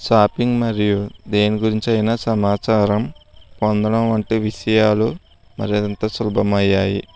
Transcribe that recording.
shopping మరియు దేని గురించైనా సమాచారం పొందడం వంటి విషయాలు మరింత సులభం అయ్యాయి